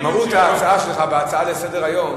במהות ההצעה שלך בהצעה לסדר-היום